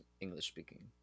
english-speaking